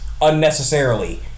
unnecessarily